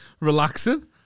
relaxing